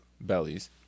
bellies